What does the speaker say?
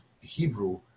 Hebrew